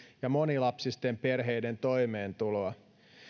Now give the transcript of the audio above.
ja monilapsisten perheiden toimeentuloa